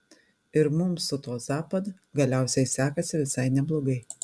ir mums su tuo zapad galiausiai sekasi visai neblogai